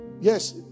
Yes